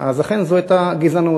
אז אכן זו הייתה גזענות,